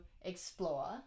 explore